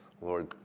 Lord